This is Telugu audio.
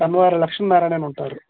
కన్వారి లక్ష్మీనారాయణ అని ఉంటారు